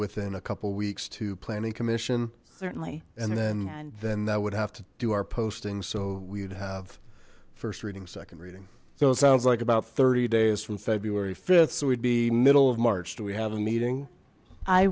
within a couple weeks to planning commission certainly and then then that would have to do our posting so we'd have first reading second reading so it sounds like about thirty days from february th so we'd be middle of march do we have a meeting i